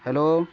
hello